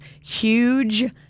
huge